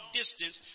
distance